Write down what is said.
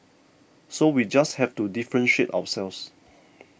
so we just have to differentiate ourselves